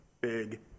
big